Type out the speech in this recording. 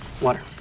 Water